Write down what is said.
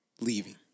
leaving